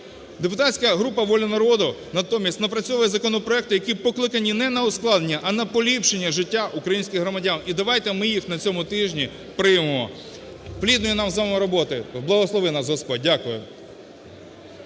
Депутатська група "Воля народу" натомість напрацьовує законопроекти, які покликані не на ускладнення, а на поліпшення життя українських громадян, і давайте ми їх на цьому тижні приймемо. Плідної нам з вами роботи! Благослови нас, Господь! Дякую.